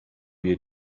wir